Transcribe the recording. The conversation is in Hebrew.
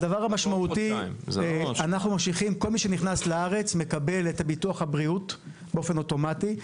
הדבר המשמעותי - כל מי שנכנס לארץ מקבל ביטוח בריאות באופן אוטומטי.